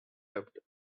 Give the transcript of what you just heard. dubbed